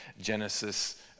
Genesis